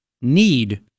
need